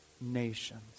nations